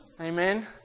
Amen